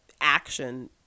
action